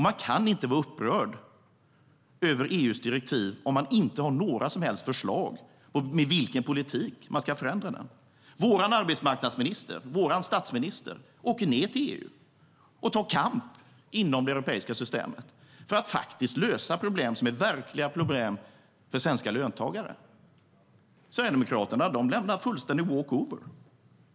Man kan inte vara upprörd över EU:s direktiv om man inte har några som helst förslag om med vilken politik man ska förändra det. Vår arbetsmarknadsminister och vår statsminister åker till EU och tar kamp inom det europeiska systemet för att lösa problem som är verkliga problem för svenska löntagare. Sverigedemokraterna lämnar fullständig walk over.